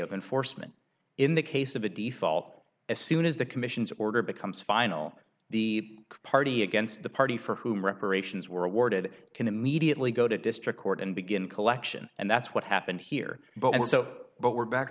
open for sman in the case of a default as soon as the commission's order becomes final the party against the party for whom reparations were awarded can immediately go to district court and begin collection and that's what happened here but so but we're back